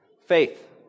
Faith